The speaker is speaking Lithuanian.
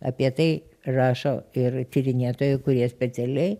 apie tai rašo ir tyrinėtojai kurie specialiai